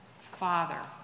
Father